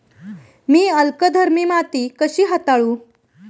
मी अल्कधर्मी माती कशी हाताळू?